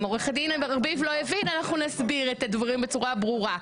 אם עורך דין ארביב לא הבין אנחנו נסביר את הדברים בצורה ברורה.